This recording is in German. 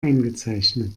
eingezeichnet